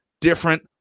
different